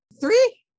Three